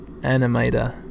animator